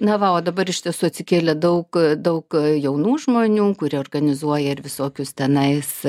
na va o dabar iš tiesų atsikėlė daug daug jaunų žmonių kurie organizuoja ir visokius tenais